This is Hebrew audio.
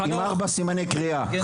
מפחד?